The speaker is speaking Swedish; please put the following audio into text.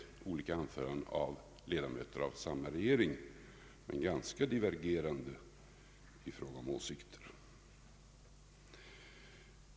Det var olika anföranden av ledamöter av samma regering men ganska divergerande i fråga om åsikter.